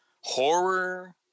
horror